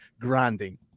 grinding